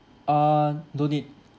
uh don't need